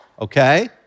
okay